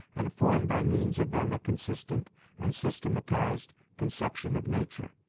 and form by means of them a consistent and systematized conception of nature.